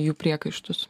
jų priekaištus